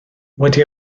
wedi